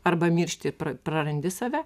arba miršti prarandi save